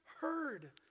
heard